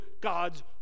God's